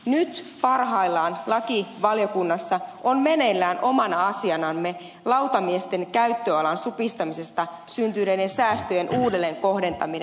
nyt parhaillaan lakivaliokunnassa on meneillään omana asianamme lautamiesten käyttöalan supistamisesta syntyneiden säästöjen uudelleenkohdentaminen